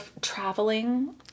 traveling